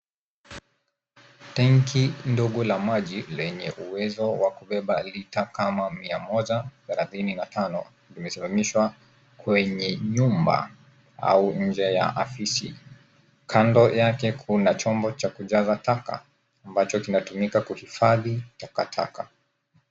Tenki ndogo la maji wenye uwezo wa lita kama mia moja thelathini na tano imesimamishwa kwenye nyumba au chumba ya afisi kando yake kuna chombo cha kujaza taka ambacho inatumika kuhifadhi takataka.